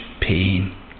pain